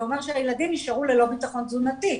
אומר שהילדים נותרו ללא בטחון תזונתי.